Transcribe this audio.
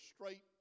straight